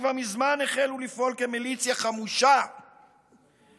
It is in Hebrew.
שכבר מזמן החלו לפעול כמיליציה חמושה בשטח,